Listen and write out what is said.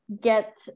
Get